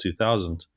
2000